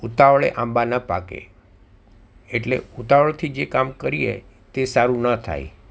ઉતાવળે આંબા ન પાકે એટલે ઉતાવળથી જે કામ કરીએ તે સારું ન થાય